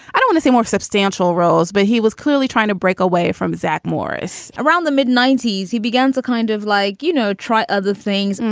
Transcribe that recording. i do want to say more substantial roles, but he was clearly trying to break away from zack morris around the mid ninety point s he began to kind of like, you know, try other things. and